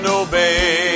obey